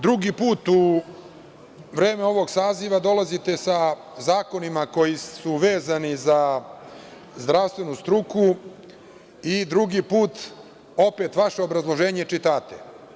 Drugi put u vreme ovog saziva dolazite sa zakonima koji su vezani za zdravstvenu struku i drugi put, opet vaše obrazloženje čitate.